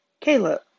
Caleb